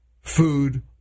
food